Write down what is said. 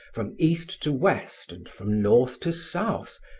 from east to west and from north to south,